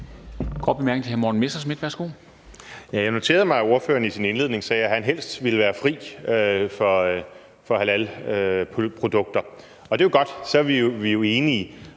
Jeg noterede mig, at ordføreren i sin indledning sagde, at han helst ville være fri for halalkødprodukter. Og det er jo godt. Så er vi jo enige.